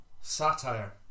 satire